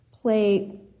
play